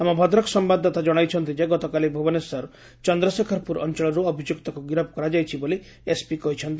ଆମ ଭଦ୍ରକ ସମ୍ୟାଦଦାତା ଜଣାଇଛନ୍ତି ଯେ ଗତକାଲି ଭୁବନେଶ୍ୱର ଚନ୍ଦ୍ରଶେଖରପୁର ଅଞ୍ଚଳରୁ ଅଭିଯୁକ୍ତକୁ ଗିରଫ କରାଯାଇଛି ବୋଲି ଏସ୍ପି କହିଛନ୍ତି